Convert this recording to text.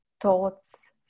thoughts